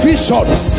Visions